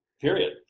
Period